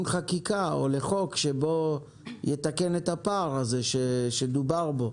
חקיקה או לחוק שבו יתקן את הפער הזה שדובר בו.